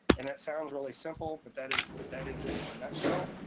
and that sounds really simple, but that is that is it in a nutshell.